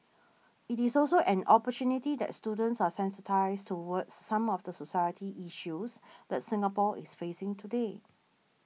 it is also an opportunity that students are sensitised towards some of the society issues that Singapore is facing today